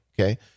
okay